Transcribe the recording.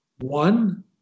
one